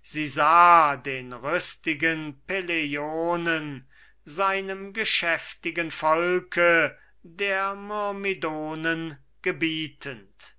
sie sah den rüstigen peleionen seinem geschäftigen volke der myrmidonen gebietend